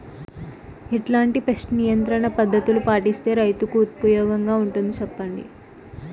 ఎట్లాంటి పెస్ట్ నియంత్రణ పద్ధతులు పాటిస్తే, రైతుకు ఉపయోగంగా ఉంటుంది సెప్పండి?